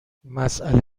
مسئله